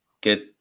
get